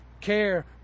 care